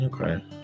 Okay